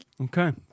Okay